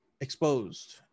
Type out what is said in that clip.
exposed